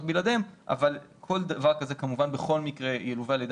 בלעדיהם אבל כל דבר כזה כמובן בכל מקרה ילווה על ידי